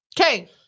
okay